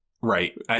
Right